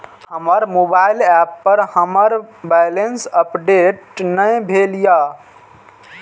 हमर mobile app पर हमर बैलेंस अपडेट ने भेल या